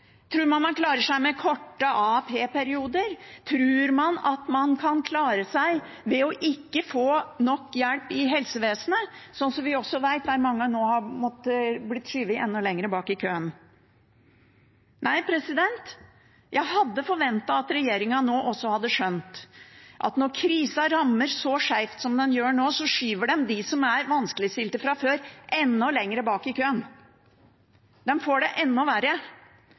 Tror man man klarer seg med korte AAP-perioder? Tror man man kan klare seg ved ikke å få nok hjelp i helsevesenet, hvor vi også vet mange nå har blitt skjøvet enda lenger bak i køen? Nei, jeg hadde forventet at regjeringen nå også hadde skjønt at når krisen rammer så skeivt som den gjør nå, så skyver den dem som er vanskeligstilte fra før, enda lenger bak i køen. De får det enda verre.